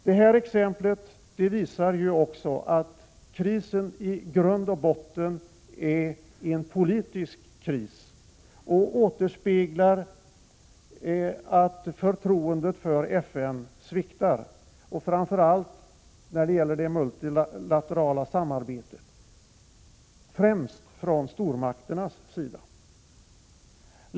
Detta exempel visar också att krisen i grund och botten är en politisk kris och återspeglar att förtroendet för FN sviktar, framför allt när det gäller det multilaterala samarbetet från stormakternas sida.